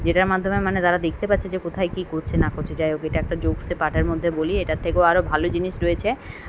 যেটার মাধ্যমে মানে তারা দেখতে পাচ্ছে যে কোথায় কী করছে না করছে যাই হোক এটা একটা জোক্সের পার্টের মধ্যে বলি এটার থেকেও আরও ভালো জিনিস রয়েছে